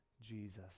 Jesus